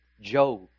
Job